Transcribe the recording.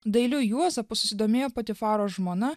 dailiu juozapu susidomėjo patifaro žmona